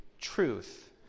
truth